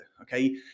Okay